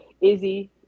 Izzy